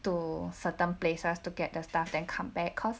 to certain places to get the stuff then come back cause